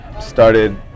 started